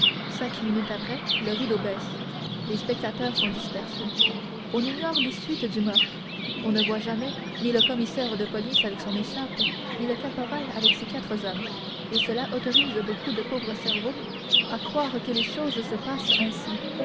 cinq minutes après le rideau baisse les spectateurs sont dispersés on ignore les suites du meurtre on ne voit jamais ni le commissaire de police avec son écharpe ni le caporal avec ses quatre hommes et cela autorise beaucoup de pauvres cerveaux à croire que les choses se passent ainsi